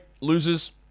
loses